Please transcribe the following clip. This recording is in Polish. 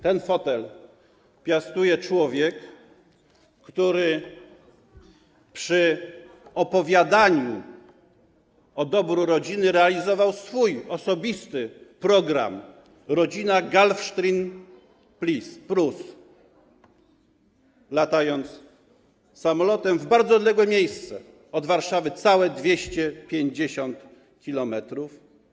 Ten fotel piastuje człowiek, który przy opowiadaniu o dobru rodziny realizował swój osobisty program: rodzina Gulfstream+, latając samolotem w bardzo odległe miejsce od Warszawy, o całe 250 km.